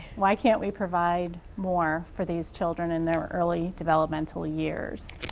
why can't we provide more for these children in their early developmental years?